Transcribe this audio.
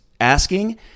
asking